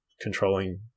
controlling